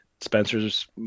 Spencer's